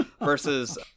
versus